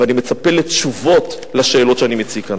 ואני מצפה לתשובות לשאלות שאני מציג כאן.